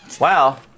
Wow